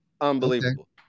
Unbelievable